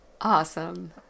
Awesome